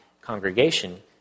congregation